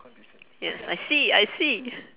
yes I see I see